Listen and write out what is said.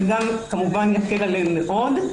זה גם כמובן יקל עליהם מאוד.